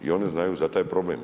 I oni znaju za taj problem.